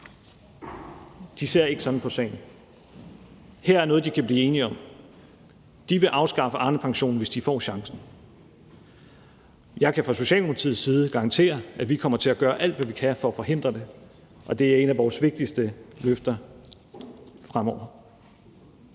ikke ser sådan på sagen. Her er der noget, de kan blive enige om. De vil afskaffe Arnepensionen, hvis de får chancen. Jeg kan fra Socialdemokratiets side garantere, at vi kommer til at gøre alt, hvad vi kan, for at forhindre det, og det er et af vores vigtigste løfter fremover.